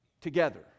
together